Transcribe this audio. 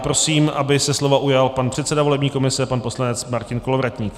Prosím, aby se slova ujal pan předseda volební komise pan poslanec Martin Kolovratník.